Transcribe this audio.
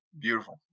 beautiful